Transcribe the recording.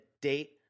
date